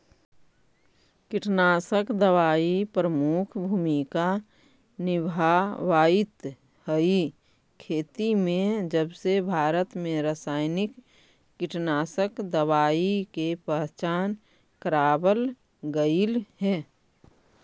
कीटनाशक दवाई प्रमुख भूमिका निभावाईत हई खेती में जबसे भारत में रसायनिक कीटनाशक दवाई के पहचान करावल गयल हे